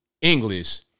English